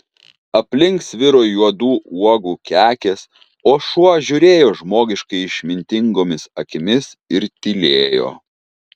aplink sviro juodų uogų kekės o šuo žiūrėjo žmogiškai išmintingomis akimis ir tylėjo